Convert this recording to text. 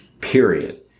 period